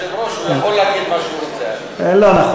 היושב-ראש, הוא יכול להגיד מה שהוא רוצה, לא נכון.